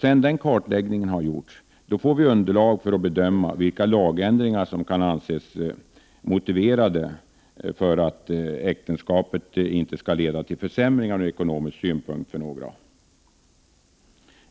Sedan den kartläggningen har gjorts får vi underlag för att bedöma vilka lagändringar som kan anses motiverade för att ingående av äktenskap inte skall leda till försämringar ur ekonomisk synpunkt för några.